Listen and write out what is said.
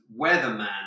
weatherman